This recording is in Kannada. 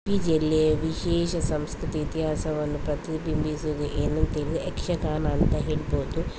ಪಿ ಜಿಯಲ್ಲಿ ವಿಶೇಷ ಸಂಸ್ಕೃತಿ ಇತಿಹಾಸವನ್ನು ಪ್ರತಿಬಿಂಬಿಸೋದು ಏನಂತೀರಿ ಯಕ್ಷಗಾನ ಅಂತ ಹೇಳ್ಬೋದು